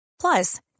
Plus